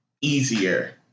easier